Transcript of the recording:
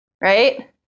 right